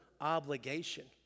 obligation